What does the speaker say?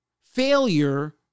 Failure